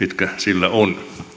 mitkä sillä on